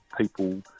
people